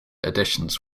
additions